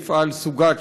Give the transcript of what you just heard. מפעל סוגת,